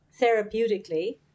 therapeutically